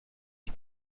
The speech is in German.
die